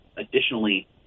Additionally